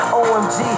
omg